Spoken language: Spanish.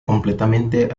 completamente